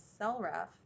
Cellref